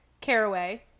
caraway